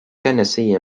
tennessee